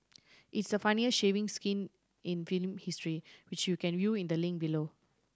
it's the funniest shaving skin in film history which you can view in the link below